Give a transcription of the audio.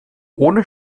ohne